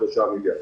3 מיליארד.